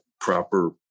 proper